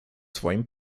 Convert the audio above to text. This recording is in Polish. swoim